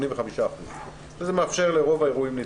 להיות 85%. זה מאפשר לרוב האירועים להתקיים.